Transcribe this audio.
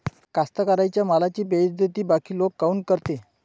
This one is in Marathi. कास्तकाराइच्या मालाची बेइज्जती बाकी लोक काऊन करते?